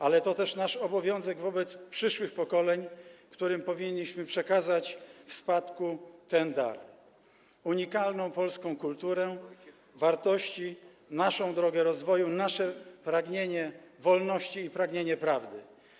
Ale to też nasz obowiązek wobec przyszłych pokoleń, którym powinniśmy przekazać w spadku ten dar - unikalną polską kulturę, wartości, naszą drogę rozwoju, nasze pragnienie wolności i pragnienie prawdy.